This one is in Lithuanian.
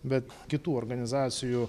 bet kitų organizacijų